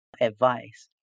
advice